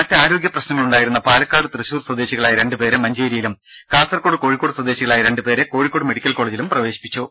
മറ്റ് ആരോഗ്യപ്രശ്നങ്ങളുണ്ടായിരുന്ന പാലക്കാട് തൃശൂർ സ്വദേശികളായ രണ്ട് പേരെ മഞ്ചേരിയിലും കാസർഗോഡ് കോഴിക്കോട് സ്വദേശികളായ രണ്ട് പേരെ കോഴിക്കോട് മെഡിക്കൽ കോളജിലും പ്രവേശിപ്പിച്ചു